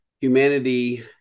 humanity